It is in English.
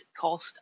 cost